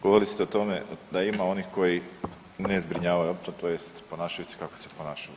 Govorili ste o tome da ima onih koji ne zbrinjavaju otpad, tj. ponašaju se kako se ponašaju.